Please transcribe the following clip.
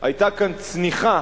היתה כאן צניחה,